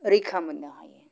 रैखा मोन्नो हायो